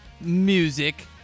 Music